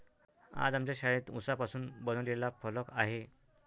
आज आमच्या शाळेत उसापासून बनवलेला फलक आहे